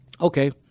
Okay